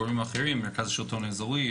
גורמים אחרים - מרכז השלטון האזורי,